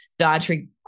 dietary